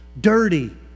dirty